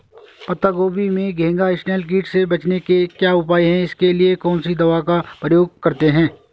पत्ता गोभी में घैंघा इसनैल कीट से बचने के क्या उपाय हैं इसके लिए कौन सी दवा का प्रयोग करते हैं?